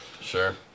Sure